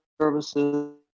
services